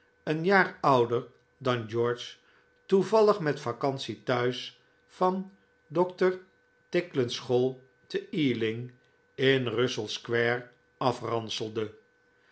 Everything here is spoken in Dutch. een jaar ouder dan george toevallig met vacantie thuis van dr ticklen's school te ealing in russell square afranselde